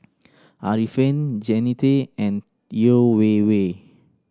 Arifin Jannie Tay and Yeo Wei Wei